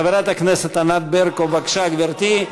חברת הכנסת ענת ברקו, בבקשה, גברתי.